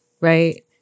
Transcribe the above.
Right